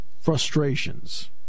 frustrations